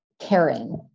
caring